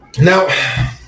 Now